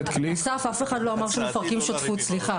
סליחה אסף, אף אחד לא אמר שמפרקים שותפות, סליחה.